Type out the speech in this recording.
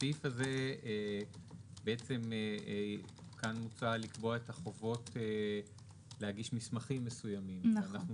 בסעיף הזה מוצע לקבוע את החובות להגיש מסמכים מסוימים אז אנחנו